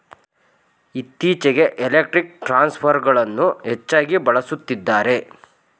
ಇತ್ತೀಚೆಗೆ ಎಲೆಕ್ಟ್ರಿಕ್ ಟ್ರಾನ್ಸ್ಫರ್ಗಳನ್ನು ಹೆಚ್ಚಾಗಿ ಬಳಸುತ್ತಿದ್ದಾರೆ